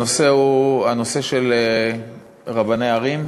הנושא הוא הנושא של רבני ערים,